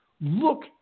look